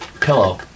pillow